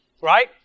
Right